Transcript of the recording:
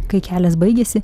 kai kelias baigiasi